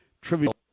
Trivial